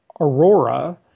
Aurora